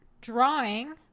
drawing